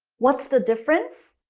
what's the difference?